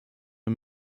für